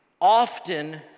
often